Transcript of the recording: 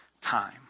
time